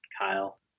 Kyle